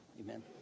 amen